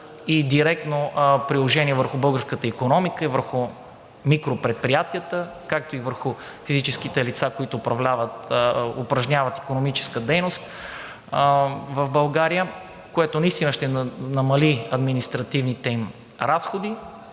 и директно приложение върху българската икономика и върху микропредприятията, както и върху физическите лица, които упражняват икономическа дейност в България, което наистина ще намали административните им разходи.